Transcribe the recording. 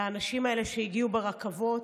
לאנשים האלה שהגיעו ברכבות,